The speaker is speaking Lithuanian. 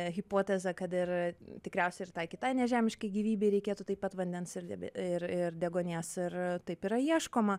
hipotezė kad ir tikriausiai ir tai kitai nežemiškai gyvybei reikėtų taip pat vandens ir ir ir deguonies ir taip yra ieškoma